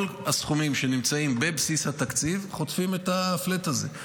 כל הסכומים שנמצאים בבסיס התקציב חוטפים את הפלאט הזה.